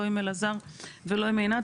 לא עם אלעזר ולא עם עינת,